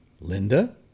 Linda